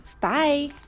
Bye